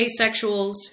asexuals